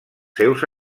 seus